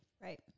Right